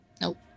Nope